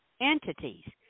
entities